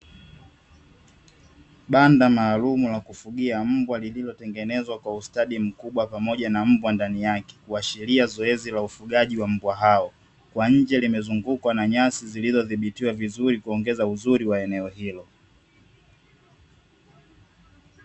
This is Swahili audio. Banda maalumu ya kufugia mbwa lililotengenezwa kwa ustadi mkubwa pamoja na mbwa ndani yake kuashiria zoezi la ufugaji wa mbwa hao. Kwa nje limezungwa na nyasi zilizodhibitiwa vizuri kuongeza uzuri wa eneo hilo.